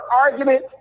argument